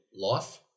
life